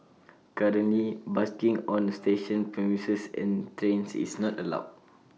currently busking on station premises and trains is not allowed